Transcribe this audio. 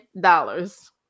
dollars